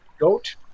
Goat